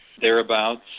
thereabouts